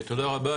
תודה רבה.